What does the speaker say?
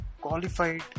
qualified